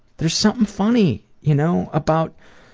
there is something funny, you know? about,